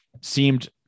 seemed